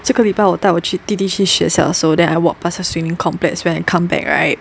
这个礼拜我带我去弟弟去学校的时候 then I walk past a swimming complex when I come back right